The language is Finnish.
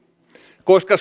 koska